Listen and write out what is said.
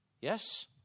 Yes